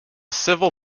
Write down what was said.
civil